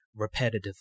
repetitively